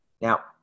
Now